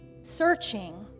searching